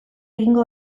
egingo